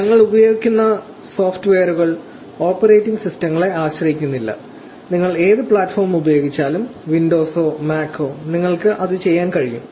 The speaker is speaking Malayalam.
ഞങ്ങൾ ഉപയോഗിക്കുന്ന സോഫ്റ്റ്വെയറുകൾ ഓപ്പറേറ്റിംഗ് സിസ്റ്റങ്ങളെ ആശ്രയിക്കുന്നില്ല നിങ്ങൾ ഏത് പ്ലാറ്റ്ഫോം ഉപയോഗിച്ചാലും വിൻഡോസോ മാക്കോ നിങ്ങൾക്ക് അത് ചെയ്യാൻ കഴിയണം